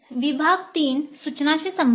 विभाग 3 सूचनांशी संबंधित आहे